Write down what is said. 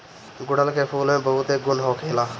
गुड़हल के फूल में बहुते गुण होखेला